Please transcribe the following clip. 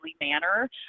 manner